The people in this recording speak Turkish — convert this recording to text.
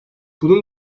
bunun